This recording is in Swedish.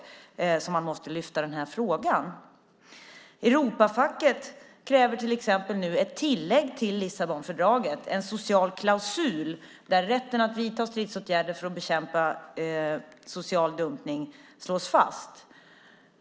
Exempelvis kräver Europafacket ett tillägg till Lissabonfördraget, en social klausul där rätten att vidta stridsåtgärder för att bekämpa social dumpning slås fast.